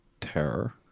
terror